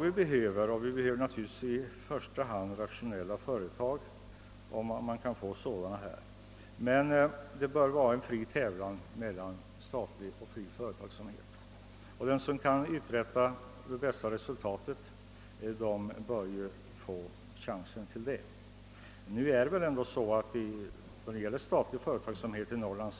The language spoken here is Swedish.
Vi behöver i första hand rationella företag, men det bör vara en fri tävlan mellan statlig och privat företagsamhet. De som kan nå det bästa resultatet bör få chans till det. Vi har inte då det gäller statlig företagsamhet i Norrland